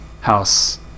house